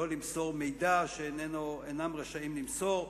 לא למסור מידע שאינה רשאית למסור,